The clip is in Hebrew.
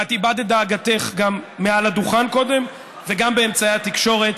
ואת הבעת את דאגתך גם מעל הדוכן קודם וגם באמצעי התקשורת